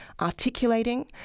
articulating